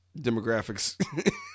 demographics